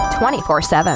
24-7